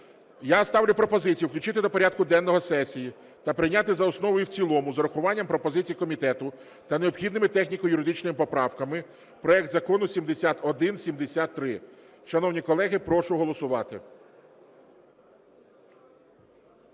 Я ставлю пропозицію включити до порядку денного сесії та прийняти за основу і в цілому з урахуванням пропозицій комітету та необхідними техніко-юридичними поправками проект Закону 7173. Шановні колеги, прошу голосувати.